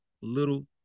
little